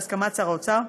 בהסכמת שר האוצר,